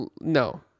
no